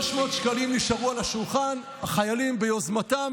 300 שקלים נשארו על השולחן ביוזמת החיילים.